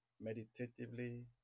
meditatively